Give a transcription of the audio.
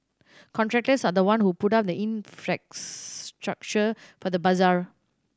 contractors are the one who put up the infrastructure for the bazaar